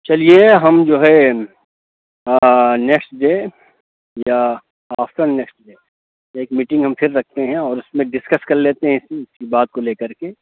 چلیے ہم جو ہے نیکسٹ ڈے یا آفٹر نیکسٹ ڈے ایک میٹنگ ہم پھر رکھتے ہیں اور اُس میں ڈسکس کر لیتے ہیں اِس بات کو لے کر کے